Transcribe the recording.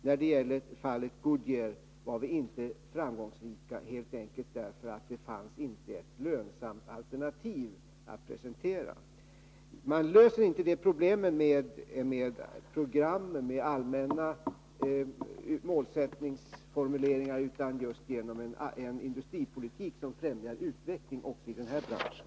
När det gäller Goodyear var vi inte framgångsrika, helt enkelt därför att det inte fanns ett lönsamt alternativ att presentera. Man löser inte de här problemen med program eller allmänna målsättningsformuleringar utan just genom en industripolitik som främjar utveckling också i den här branschen.